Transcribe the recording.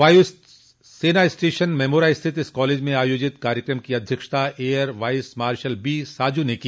वायु सेना स्टेशन मेमोरा स्थित इस कॉलेज में आयोजित कार्यक्रम की अध्यक्षता air vice marshal B Saju ने की